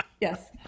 yes